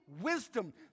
wisdom